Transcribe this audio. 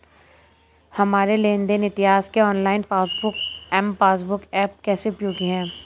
हमारे लेन देन इतिहास के online passbook M passbook app कैसे उपयोगी है?